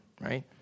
right